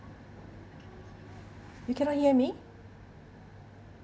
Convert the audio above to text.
you cannot hear me